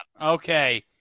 Okay